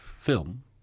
film